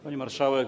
Pani Marszałek!